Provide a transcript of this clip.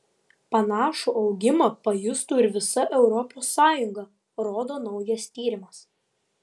panašų augimą pajustų ir visa europos sąjunga rodo naujas tyrimas